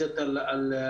וגם לרויטל שפירא.